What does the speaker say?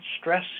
stress